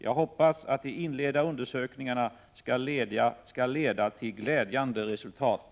Jag hoppas att de inledda undersökningarna skall leda till glädjande resultat.